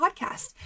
podcast